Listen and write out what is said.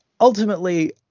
ultimately